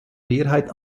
mehrheit